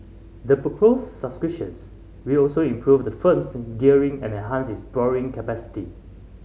the proposed subscriptions will also improve the firm's gearing and enhance its borrowing capacity